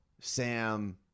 Sam